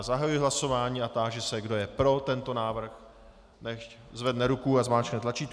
Zahajuji hlasování a táži se, kdo je pro tento návrh, nechť zvedne ruku a zmáčkne tlačítko.